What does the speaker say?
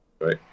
right